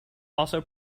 also